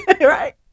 right